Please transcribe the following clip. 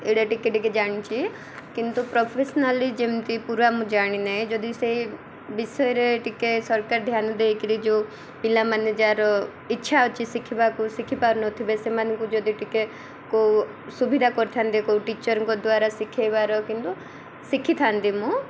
ଏଇଟା ଟିକେ ଟିକେ ଜାଣିଛି କିନ୍ତୁ ପ୍ରଫେସନାଲି ଯେମିତି ପୁରା ମୁଁ ଜାଣି ନାହିଁ ଯଦି ସେଇ ବିଷୟରେ ଟିକେ ସରକାର ଧ୍ୟାନ ଦେଇକିରି ଯେଉଁ ପିଲାମାନେ ଯାହାର ଇଚ୍ଛା ଅଛି ଶିଖିବାକୁ ଶିଖିପାରୁନଥିବେ ସେମାନଙ୍କୁ ଯଦି ଟିକେ କେଉଁ ସୁବିଧା କରିଥାନ୍ତେ କେଉଁ ଟିଚରଙ୍କ ଦ୍ୱାରା ଶିଖାଇବାର କିନ୍ତୁ ଶିଖିଥାନ୍ତି ମୁଁ